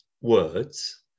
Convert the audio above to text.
words